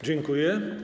Dziękuję.